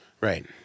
Right